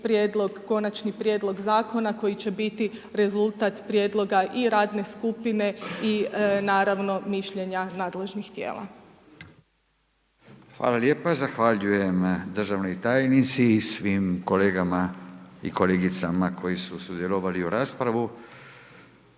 konačni prijedlog zakona, koji će biti rezultat prijedloga i radne skupine i naravno mišljenja nadležnih tijela. **Radin, Furio (Nezavisni)** Hvala lijepo. Zahvaljujem državnoj tajnici i svim kolegama i kolegicama koji su sudjelovali u raspravi,